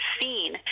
seen